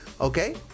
Okay